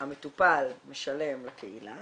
המטופל משלם לקהילה